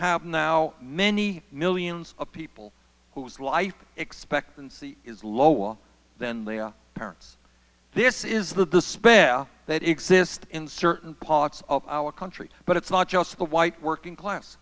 have now many millions of people whose life expectancy is low than their parents this is the despair that exists in certain parts of our country but it's not just the white working class